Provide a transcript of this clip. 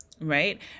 right